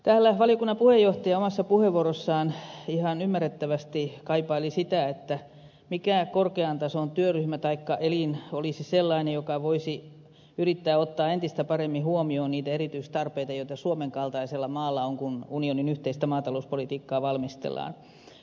täällä valiokunnan puheenjohtaja omassa puheenvuorossaan ihan ymmärrettävästi kaipaili sitä mikä korkean tason työryhmä taikka elin olisi sellainen joka voisi yrittää ottaa entistä paremmin huomioon niitä erityistarpeita joita suomen kaltaisella maalla on kun unionin yhteistä maatalouspolitiikkaa valmistellaan